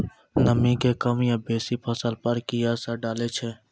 नामी के कम या बेसी फसल पर की असर डाले छै?